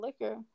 liquor